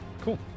Cool